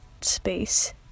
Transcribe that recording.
space